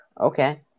Okay